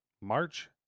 March